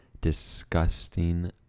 disgusting